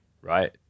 right